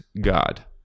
God